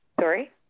Sorry